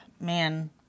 Man